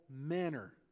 manner